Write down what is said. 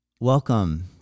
Welcome